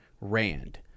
Rand